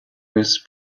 was